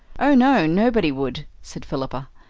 oh no, nobody would, said philippa.